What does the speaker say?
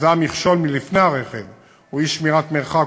המזהה מכשול לפני הרכב או אי-שמירת מרחק,